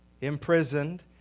imprisoned